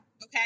Okay